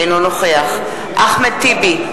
אינו נוכח אחמד טיבי,